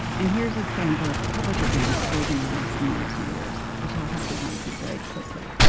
and here's a sample of public events organized in those years, which i'll have to run through very quickly.